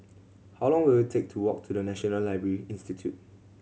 how long will it take to walk to The National Library Institute